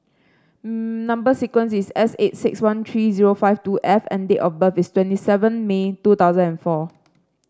number sequence is S eight six one three five two F and date of birth is twenty seven May two thousand and four